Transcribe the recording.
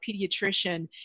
pediatrician